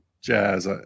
Jazz